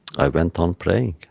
i went on praying.